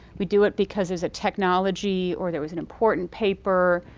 we do it because there's a technology or there was an important paper,